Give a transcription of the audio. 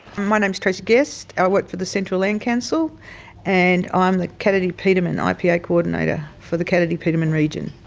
my name is tracey guest, i work for the central land council and i'm the katiti petermann ah ipa coordinator for the katiti petermann region.